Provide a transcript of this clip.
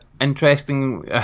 interesting